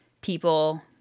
people